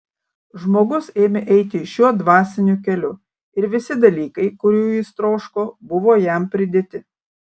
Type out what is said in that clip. žmogus ėmė eiti šiuo dvasiniu keliu ir visi dalykai kurių jis troško buvo jam pridėti